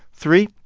three,